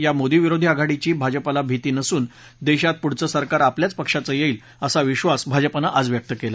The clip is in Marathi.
या मोदी विरोधी आघाडीची भाजपाला भिती नसून देशात पुढचं सरकार आपल्याच पक्षाचं येईल असा विश्वास भाजपानं आज व्यक्त केला